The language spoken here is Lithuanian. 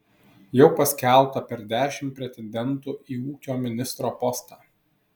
jau paskelbta per dešimt pretendentų į ūkio ministro postą